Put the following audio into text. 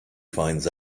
finds